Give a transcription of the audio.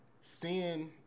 Seeing